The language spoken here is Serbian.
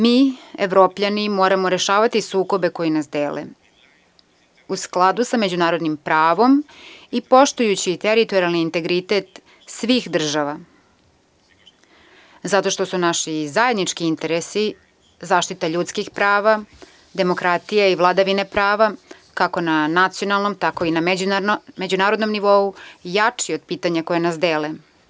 Mi Evropljani moramo rešavati sukobe koji nas dele u skladu sa međunarodnim pravom i poštujući teritorijalni integritet svih država zato što su naši zajednički interesi zaštita ljudskih prava, demokratija i vladavina prava, kako na nacionalnom, tako i na međunarodnom nivou, jače je od pitanja koje nas dele.